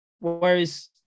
whereas